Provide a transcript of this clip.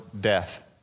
death